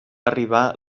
arribar